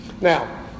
now